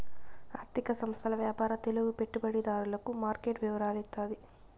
ఆర్థిక సంస్థల వ్యాపార తెలుగు పెట్టుబడిదారులకు మార్కెట్ వివరాలు ఇత్తాది